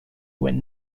win